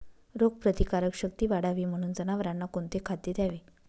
रोगप्रतिकारक शक्ती वाढावी म्हणून जनावरांना कोणते खाद्य द्यावे?